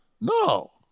No